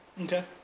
Okay